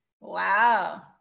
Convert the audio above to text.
Wow